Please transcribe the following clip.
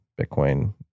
Bitcoin